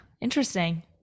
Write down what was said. interesting